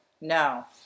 No